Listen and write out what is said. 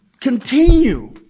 continue